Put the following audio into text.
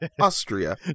Austria